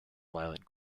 violent